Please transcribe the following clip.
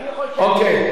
דהיינו